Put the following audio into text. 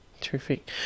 terrific